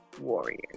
warriors